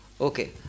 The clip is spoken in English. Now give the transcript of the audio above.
Okay